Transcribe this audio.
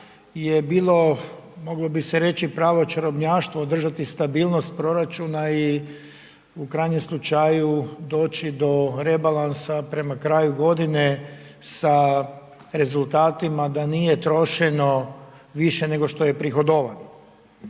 je bilo, moglo bi se reći pravo čarobnjaštvo održati stabilnost proračuna i u krajnjem slučaju doći do rebalansa prema kraju godine sa rezultatima da nije trošeno više nego što je prihodovano.